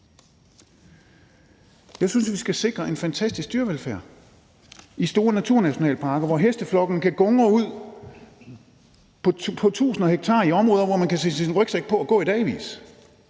Jeg synes, vi skal sikre en fantastisk dyrevelfærd i store naturnationalparker, hvor hesteflokkene kan gungre ud på tusinder af hektarer i områder, hvor man kan tage sin rygsæk på og gå i dagevis.